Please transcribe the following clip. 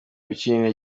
ukinira